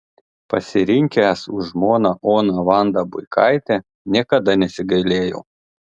pasirinkęs už žmoną oną vandą buikaitę niekad nesigailėjau